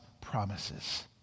promises